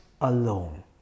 alone